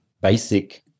basic